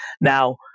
Now